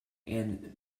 and